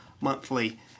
monthly